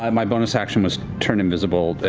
um my bonus action was turn invisible,